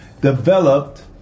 developed